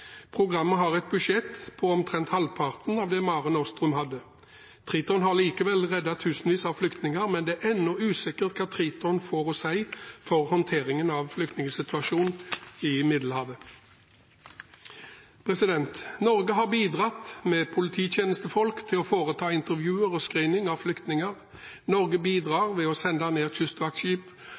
Programmet har et budsjett på omtrent halvparten av det Mare Nostrum hadde. Triton har likevel reddet tusenvis av flyktninger, men det er ennå usikkert hva Triton får å si for håndteringen av flyktningsituasjonen i Middelhavet. Norge har bidratt med polititjenestefolk til å foreta intervjuer og screening av flyktninger. Norge bidrar ved å sende ned kystvaktskip,